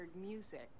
music